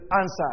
answer